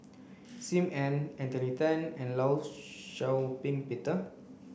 Sim Ann Anthony Then and Law Shau Ping Peter